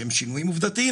שהם שינויים עובדתיים,